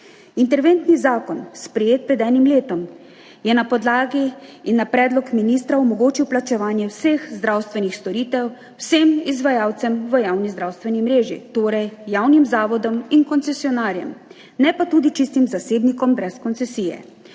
Interventni zakon, sprejet pred enim letom, je na podlagi in na predlog ministra omogočil plačevanje vseh zdravstvenih storitev vsem izvajalcem v javni zdravstveni mreži, torej javnim zavodom in koncesionarjem, ne pa tudi čistim zasebnikom brez koncesije.